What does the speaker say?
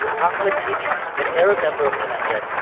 ahmad tibi, an arab member of knesset,